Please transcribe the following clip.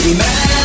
mad